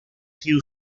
sido